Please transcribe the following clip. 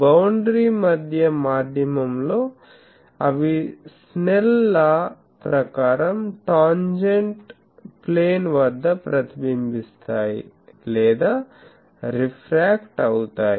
boundary మధ్య మాధ్యమం లో అవి స్నెల్ లా ప్రకారం టాంజెంట్ ప్లేన్ వద్ద ప్రతిబింబిస్తాయి లేదా రిఫ్రాక్ట్ అవుతాయి